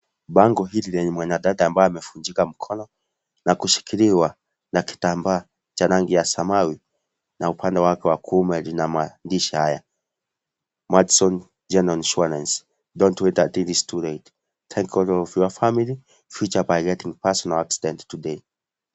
Bango hili lenye mwanadada ambaye amevunjika mkono na kushikiliwa na kitambaa cha rangi ya samawi na upande wake kuume kuna maandishi haya madison general insurance don't wait untill its too late. Take care of your family future by getting personal accident today.